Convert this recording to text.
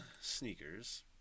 sneakers